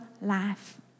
life